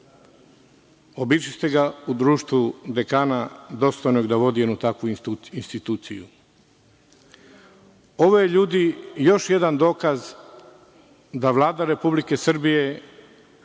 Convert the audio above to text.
Obišli ste ga u društvu dekana dostojnog da vodi jednu takvu instituciju. Ovo je ljudi još jedan dokaz da Vlada Republike Srbije,